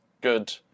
good